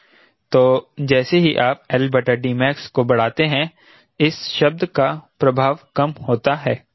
तो जैसे ही आप max को बढ़ाते है इस शब्द का प्रभाव कम होता है